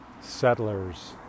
settlers